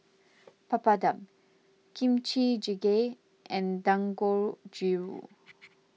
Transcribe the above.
Papadum Kimchi Jjigae and Dangojiru